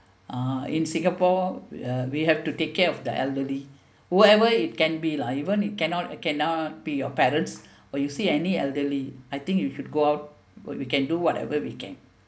uh in singapore uh we have to take care of the elderly whoever it can be lah even if cannot cannot be your parents or you see any elderly I think you should go out we can do whatever we can